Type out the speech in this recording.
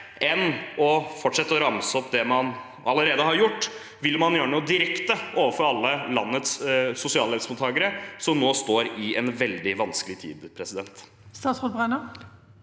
enn å fortsette å ramse opp det man allerede har gjort? Vil man gjøre noe direkte overfor alle landets sosialhjelpsmottakere, som nå står i en veldig vanskelig tid? Statsråd